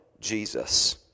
Jesus